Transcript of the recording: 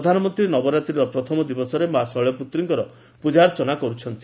ପ୍ରଧାନମନ୍ତ୍ରୀ ନବରାତ୍ରିର ପ୍ରଥମ ଦିବସରେ ମା' ଶୈଳପୁତ୍ରୀଙ୍କର ପ୍ରଜାର୍ଚ୍ଚନା କର୍ ଛନ୍ତି